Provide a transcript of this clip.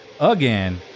again